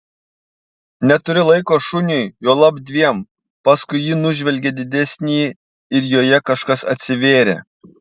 neturiu laiko šuniui juolab dviem paskui ji nužvelgė didesnįjį ir joje kažkas atsivėrė